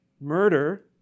Murder